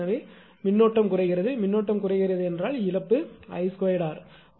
எனவே மின்னோட்டம் குறைகிறது மின்னோட்டம் குறைகிறது என்றால் இழப்பு 𝐼2𝑟